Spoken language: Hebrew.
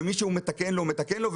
ומי שהוא מתקן לו הוא מתקן לו,